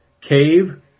Cave